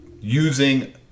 using